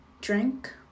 drink